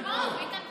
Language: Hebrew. ביטן פה.